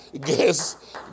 guess